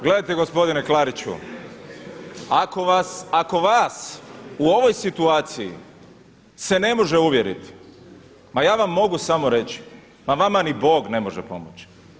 Gledajte gospodine Klariću, ako vas u ovoj situaciji se ne može uvjerit, ma ja vam mogu samo reći, ma vama ni Bog ne može pomoći.